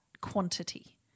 quantity